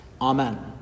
Amen